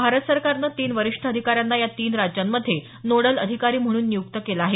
भारत सरकारनं तीन वरीष्ठ अधिकाऱ्यांना या तीन राज्यांमध्ये नोडल अधिकारी म्हणून नियुक्त केलं आहे